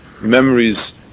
memories